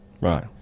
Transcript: Right